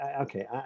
Okay